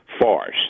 Farce